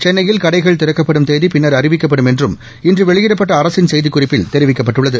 சென்னையில் கடைகள் திறக்கப்படும் தேதி பின்னா் அறிவிக்கப்படும் என்றும் இன்று வெளியிடப்பட்ட அரசின் செய்திக் குறிப்பில் தெரிவிக்கப்பட்டுள்ளது